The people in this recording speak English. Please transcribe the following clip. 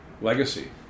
Legacy